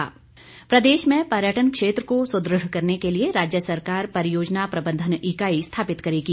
मुख्य सचिव प्रदेश में पर्यटन क्षेत्र को सुद्रढ़ करने के लिए राज्य सरकार परियोजना प्रबन्धन इकाई स्थापित करेगी